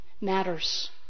matters